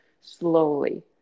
slowly